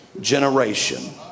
generation